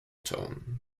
tone